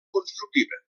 constructiva